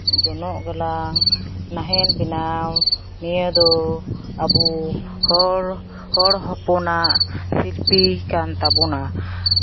ᱡᱚᱱᱚᱜ ᱜᱟᱞᱟᱝ ᱱᱟᱦᱮᱞ ᱵᱮᱱᱟᱣ ᱱᱤᱭᱟᱹ ᱫᱚ ᱟᱵᱚ ᱦᱚᱲ ᱦᱚᱯᱚᱱᱟᱜ ᱥᱤᱞᱯᱤ ᱠᱟᱱ ᱛᱟᱵᱳᱱᱟ